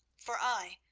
for i,